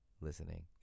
Listening